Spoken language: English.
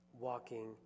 walking